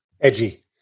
edgy